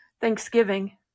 Thanksgiving